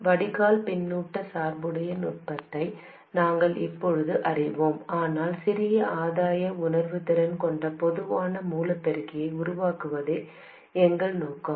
வடிகால் பின்னூட்ட சார்புடைய நுட்பத்தை நாங்கள் இப்போது அறிவோம் ஆனால் சிறிய ஆதாய உணர்திறன் கொண்ட பொதுவான மூலப் பெருக்கியை உருவாக்குவதே எங்கள் நோக்கம்